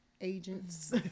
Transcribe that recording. agents